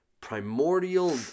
primordial